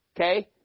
okay